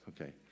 Okay